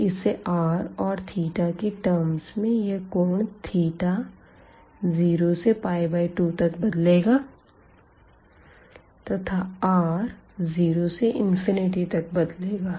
तो इसे r और की टर्म्स में यह कोण 0 से 2 तक बदलेगा तथा r 0 से तक बदलेगा